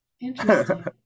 interesting